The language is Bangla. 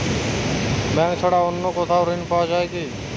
ব্যাঙ্ক ছাড়া অন্য কোথাও ঋণ পাওয়া যায় কি?